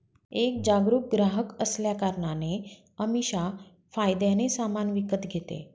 एक जागरूक ग्राहक असल्या कारणाने अमीषा फायद्याने सामान विकत घेते